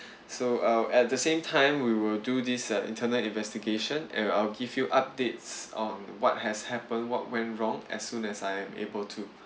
so uh at the same time we will do this uh internal investigation and I'll give you updates on what has happened what went wrong as soon as I am able to